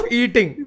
eating